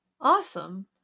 Awesome